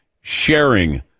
sharing